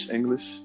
English